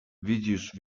widzisz